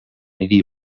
niri